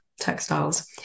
textiles